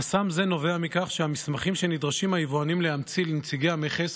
חסם זה נובע מכך שהמסמכים שנדרשים היבואנים להמציא לנציגי המכס